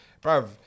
bro